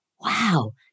wow